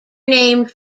named